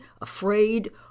afraid